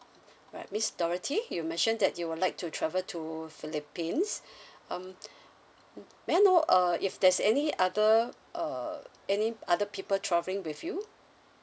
right miss dorothy you mentioned that you would like to travel to philippines um may I know uh if there's any other uh any other people travelling with you